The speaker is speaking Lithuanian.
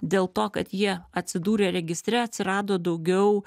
dėl to kad jie atsidūrė registre atsirado daugiau